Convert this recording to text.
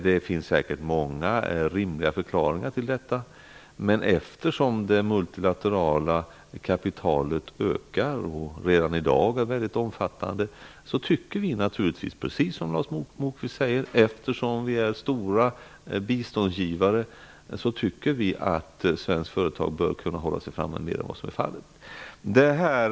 Det finns säkert många rimliga förklaringar till detta, men eftersom det multilaterala kapitalet ökar och redan i dag är omfattande, anser vi -- precis som Lars Moquist -- att svenska företag bör kunna hålla sig framme mera än vad som är fallet. Vi är ju stora biståndsgivare.